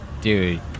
Dude